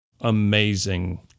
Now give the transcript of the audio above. Amazing